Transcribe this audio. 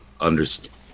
understand